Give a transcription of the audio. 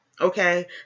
Okay